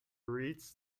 reads